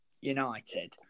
United